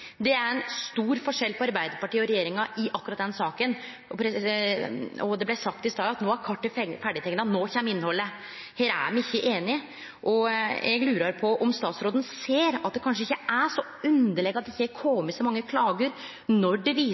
Det er ein stor forskjell på Arbeidarpartiet og regjeringa i akkurat den saka. Det blei sagt i stad at no er kartet ferdigteikna, no kjem innhaldet. Her er me ikkje einige. Eg lurar på om statsråden ser at det kanskje ikkje er så underleg at det ikkje har kome så mange klager, når det